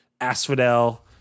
Asphodel